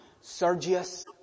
Sergius